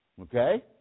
Okay